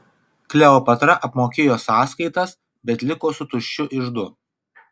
kleopatra apmokėjo sąskaitas bet liko su tuščiu iždu